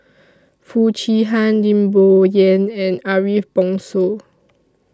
Foo Chee Han Lim Bo Yam and Ariff Bongso